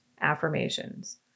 affirmations